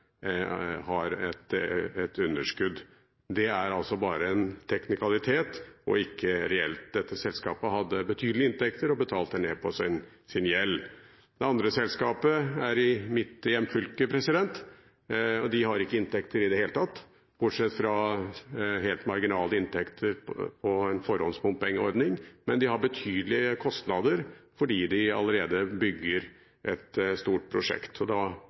har et underskudd. Det er altså bare en teknikalitet og ikke reelt. Dette selskapet hadde betydelige inntekter og betalte ned på sin gjeld. Det andre selskapet er i mitt hjemfylke. De har ikke inntekter i det hele tatt, bortsett fra helt marginale inntekter på en forhåndsbompengeordning, men de har betydelige kostnader fordi de allerede bygger et stort prosjekt. Da